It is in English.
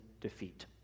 defeat